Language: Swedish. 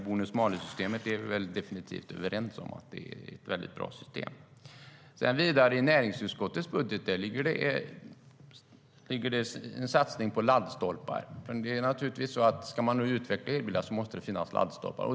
Vi är väl definitivt överens om att bonus-malus-systemet är ett väldigt bra system. Vidare ligger det i näringsutskottets budget en satsning på laddstolpar. Ska man utveckla elbilar måste det naturligtvis finnas laddstolpar.